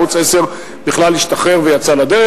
ערוץ-10 בכלל השתחרר ויצא לדרך.